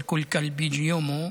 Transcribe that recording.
של "כל כלב ביג'י יומו",